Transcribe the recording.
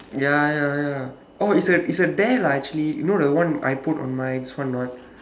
ya ya ya oh it's a it's a dare lah actually you know the one I put on my this one or not